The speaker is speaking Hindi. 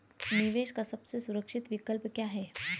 निवेश का सबसे सुरक्षित विकल्प क्या है?